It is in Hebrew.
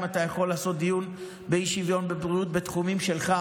אם אתה יכול לעשות דיון באי-שוויון בבריאות בתחומים שלך,